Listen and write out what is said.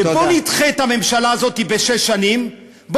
בוא נדחה את הממשלה הזאת בשש שנים.